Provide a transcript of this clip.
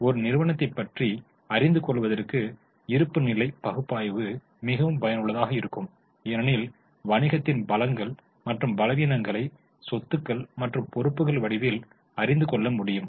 ஒரு நிறுவனத்தை பற்றி அறிந்து கொள்வதற்கு இருப்புநிலைப் பகுப்பாய்வு மிகவும் பயனுள்ளதாக இருக்கும் ஏனெனில் வணிகத்தின் பலங்கள் மற்றும் பலவீனங்களை சொத்துக்கள் மற்றும் பொறுப்புகள் வடிவில் அறிந்து கொள்ள முடியும்